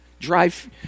drive